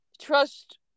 trust